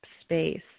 space